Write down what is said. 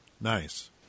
Nice